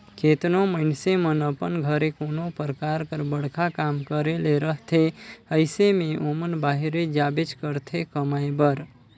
केतनो मइनसे मन अपन घरे कोनो परकार कर बड़खा काम करे ले रहथे अइसे में ओमन बाहिरे जाबेच करथे कमाए बर